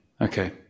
Okay